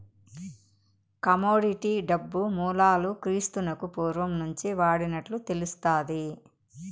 commodity డబ్బు మూలాలు క్రీస్తునకు పూర్వం నుంచే వాడినట్లు తెలుస్తాది